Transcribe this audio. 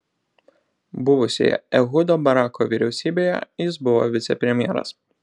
buvusioje ehudo barako vyriausybėje jis buvo vicepremjeras